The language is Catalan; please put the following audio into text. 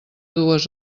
dues